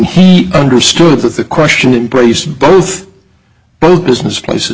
he understood the question raised both both business places